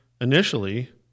initially